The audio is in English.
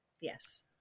Yes